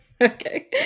Okay